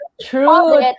True